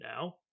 now